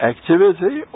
Activity